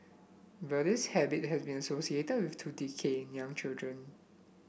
but this habit had been associated with tooth decay in young children